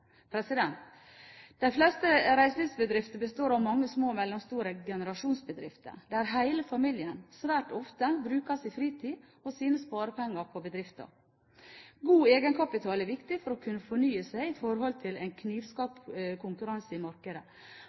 De fleste reiselivsbedrifter består av mange små og mellomstore generasjonsbedrifter, der hele familien svært ofte bruker sin fritid og sine sparepenger på bedriften. God egenkapital er viktig for å kunne fornye seg i forhold til en knivskarp konkurranse